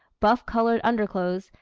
buff-colored underclothes,